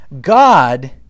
God